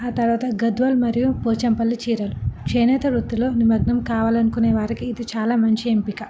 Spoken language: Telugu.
ఆ తర్వాత గద్వాలు మరియు పోచంపల్లి చీరలు చేనేత వృత్తులలో నిమగ్నం కావాలనుకునే వారికి ఇది చాలా మంచి ఎంపిక